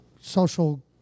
social